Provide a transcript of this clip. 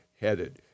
headed